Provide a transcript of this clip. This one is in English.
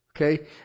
okay